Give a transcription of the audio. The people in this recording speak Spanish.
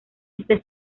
este